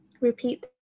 Repeat